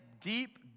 deep